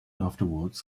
afterwards